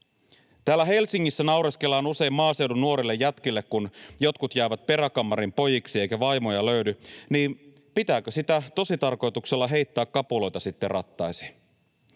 Täällä Helsingissä naureskellaan usein maaseudun nuorille jätkille, kun jotkut jäävät peräkammarin pojiksi eikä vaimoja löydy, niin pitääkö sitä tositarkoituksella heittää kapuloita sitten rattaisiin?